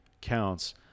counts